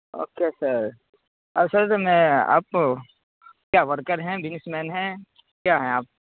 okay sir اور sir میں آپ کیا ورکر ہیں بزنس مین ہیں کیا ہیں آپ